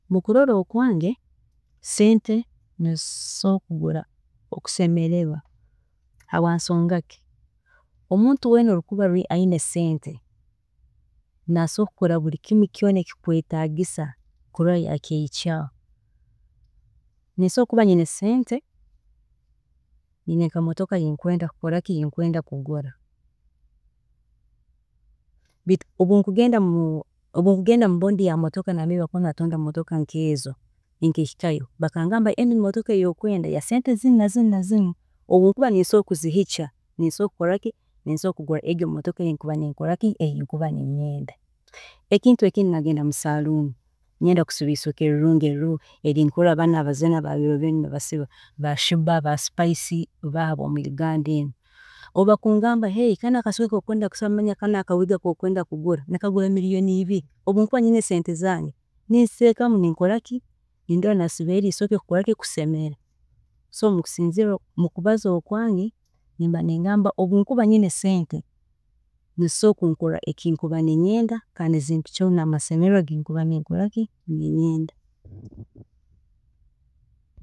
﻿Mukurola okwange, sente zisobola kugura kusemererwa, habwensongaki, omuntu weena okuba ayine sente, asobola kukora buri kintu kyoona ekikwetagisa kurola nti yakyehikyaaho, nsobola kuba nyine sente haroho motoka eyi nkwenda kukora ki, eyi nkwenda kugura, obu nkugenda mu bond, obu nkugenda mu bondi ya motoka nambere bakuba nibatunda motoka nkezo, nkahikayo bakangamba enu motoka ya sente zinu, na zinu na zinu, obu nkuba nisobola kuzihikya, nsobola kukoraki, nsobora kugura egi motoka eyi nkuba ninyenda, ekintu ekindi nagenda mu saloon, ninyenda kusiba eisoke rirungi nkeri erinkurola abazini banu nka ba shiba, ba spice bakuba basibire, obu bakungamba kanu akasoke nikagura million ibiri, obu nkuba nyina senete zange, ninziteekamu ninkagura ninsemera, so nyowe mukorola okwange, ningamba obu nkuba nyina sente zisobola kundetera amasemererwa habwokuba nizisobola kunkorra kyona eki nkuba ninyenda